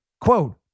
Quote